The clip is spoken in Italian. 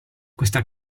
questa